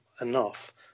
enough